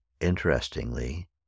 interestingly